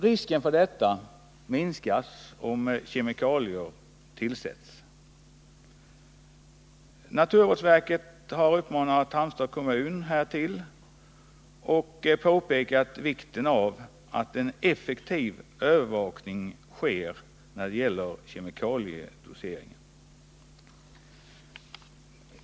Risken för detta minskas om man tillsätter kemikalier. Naturvårdsverket har uppmanat Halmstads kommun att göra det och pekat på vikten av en effektiv övervakning när det gäller kemikaliedoseringen.